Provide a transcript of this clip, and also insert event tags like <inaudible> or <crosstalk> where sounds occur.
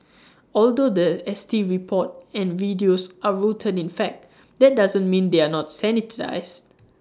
<noise> although The S T report and videos are rooted in fact that doesn't mean they are not sanitised